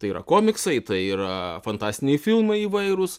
tai yra komiksai tai yra fantastiniai filmai įvairūs